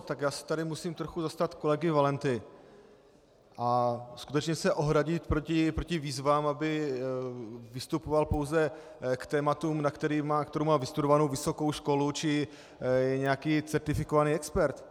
Tak já se tady musím trochu zastat kolegy Valenty a skutečně se ohradit proti výzvám, aby vystupoval pouze k tématům, na která má vystudovanou vysokou školu či je nějaký certifikovaný expert.